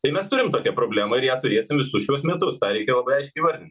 tai mes turim tokią problemą ir ją turėsim visus šiuos metus tą reikia labai aiškiai įsivardint